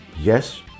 yes